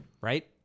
right